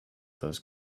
those